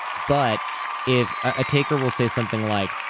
but if. a taker will say something like,